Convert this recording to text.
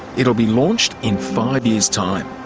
it will be launched in five years time.